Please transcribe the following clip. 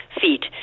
feet